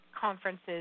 conferences